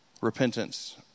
repentance